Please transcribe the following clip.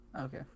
Okay